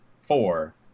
four